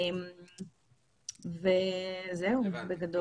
זהו בגדול.